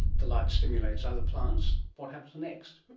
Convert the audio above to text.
the light stimulates other planets. what happens next?